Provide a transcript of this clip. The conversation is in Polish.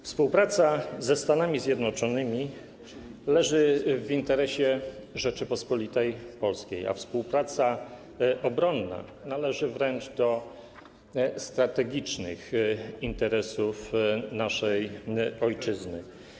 Współpraca ze Stanami Zjednoczonymi leży w interesie Rzeczypospolitej Polskiej, a współpraca obronna należy wręcz do strategicznych interesów naszej ojczyzny.